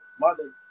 mother